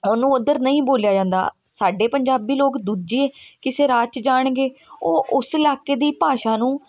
ਉਹਨੂੰ ਉੱਧਰ ਨਹੀਂ ਬੋਲਿਆ ਜਾਂਦਾ ਸਾਡੇ ਪੰਜਾਬੀ ਲੋਕ ਦੂਜੇ ਕਿਸੇ ਰਾਜ 'ਚ ਜਾਣਗੇ ਉਹ ਉਸ ਇਲਾਕੇ ਦੀ ਭਾਸ਼ਾ ਨੂੰ